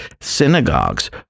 synagogues